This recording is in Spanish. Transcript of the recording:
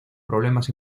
problemas